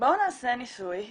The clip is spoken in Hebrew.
בואו נעשה ניסוי,